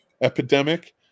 epidemic